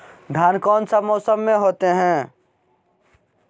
धान कौन सा मौसम में होते है?